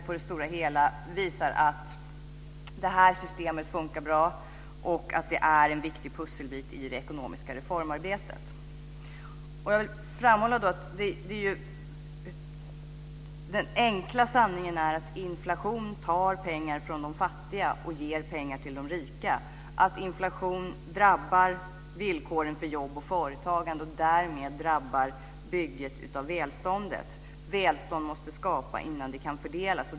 På det stora hela visar det sig att det här systemet funkar bra och att det är en viktig pusselbit i det ekonomiska reformarbetet. Jag vill framhålla att den enkla sanningen är att inflation tar pengar från de fattiga och ger pengar till de rika. Inflation drabbar villkoren för jobb och företagande och därmed också byggandet av välståndet. Välstånd måste skapas innan det kan fördelas.